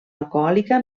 alcohòlica